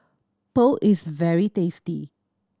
pho is very tasty